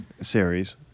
series